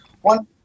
One